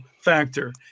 factor